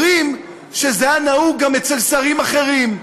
אומרים שזה היה נהוג גם אצל שרים אחרים,